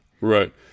right